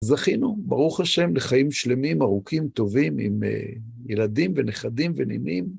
זכינו, ברוך השם, לחיים שלמים ארוכים טובים עם ילדים ונכדים ונינים.